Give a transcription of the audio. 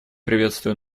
приветствую